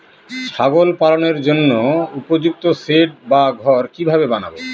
ছাগল পালনের জন্য উপযুক্ত সেড বা ঘর কিভাবে বানাবো?